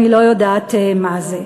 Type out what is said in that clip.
אני לא יודעת מה זה.